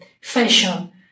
fashion